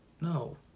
No